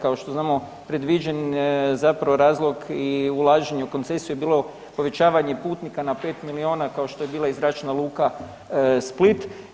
Kao što znamo predviđen zapravo razlog i ulaženje u koncesiju je bilo povećavanje putnika na 5 milion kao što je bila i Zračna luka Split.